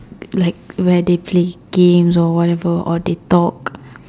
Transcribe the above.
like where they play game or whatever or they talk